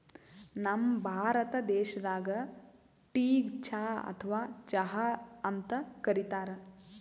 ನಮ್ ಭಾರತ ದೇಶದಾಗ್ ಟೀಗ್ ಚಾ ಅಥವಾ ಚಹಾ ಅಂತ್ ಕರಿತಾರ್